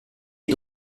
est